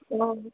ହଁ